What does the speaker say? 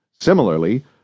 Similarly